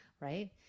right